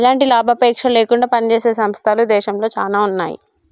ఎలాంటి లాభాపేక్ష లేకుండా పనిజేసే సంస్థలు దేశంలో చానా ఉన్నాయి